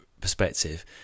perspective